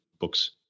books